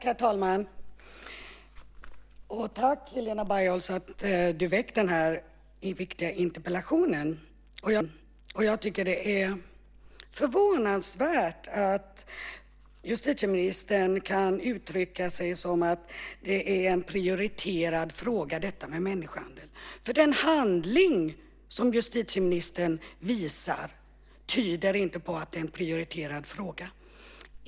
Herr talman! Tack, Helena Bargholtz, för att du ställt den här viktiga interpellationen. Det är förvånande att justitieministern kan uttrycka sig som att frågan om människohandel är prioriterad, för justitieministerns handlande tyder inte på att det är en prioriterad fråga.